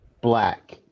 black